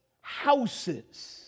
houses